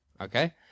okay